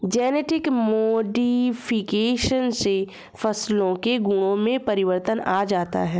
genetic modification से फसलों के गुणों में परिवर्तन आ जाता है